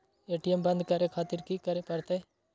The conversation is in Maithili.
ए.टी.एम बंद करें खातिर की करें परतें?